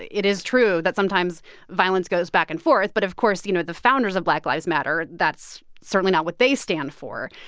it is true that sometimes violence goes back and forth. but of course, you know, the founders of black lives matter, that's certainly not what they stand for.